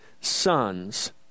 sons